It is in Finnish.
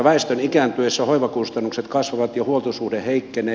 väestön ikääntyessä hoivakustannukset kasvavat ja huoltosuhde heikkenee